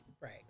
Right